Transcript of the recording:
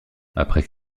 après